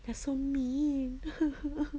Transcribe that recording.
that's so mean